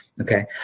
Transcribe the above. okay